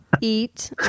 eat